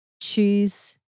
choose